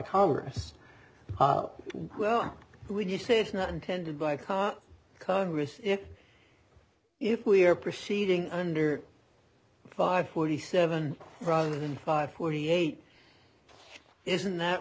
congress would you say it's not intended by a car congress if we are proceeding under five forty seven rather than five forty eight isn't that